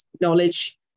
knowledge